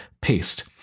paste